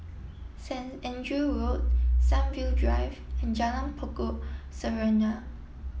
Saint Andrew Road Sunview Drive and Jalan Pokok Serunai